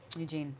eugene.